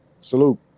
Salute